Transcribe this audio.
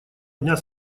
дня